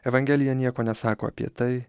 evangelija nieko nesako apie tai